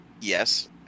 Yes